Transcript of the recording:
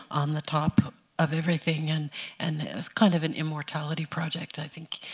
on the top of everything. and and it's kind of an immortality project, i think.